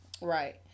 Right